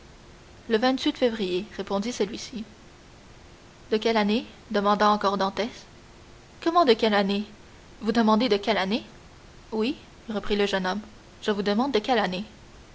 le février répondit celui-ci de quelle année demanda encore dantès comment de quelle année vous demandez de quelle année oui reprit le jeune homme je vous demande de quelle année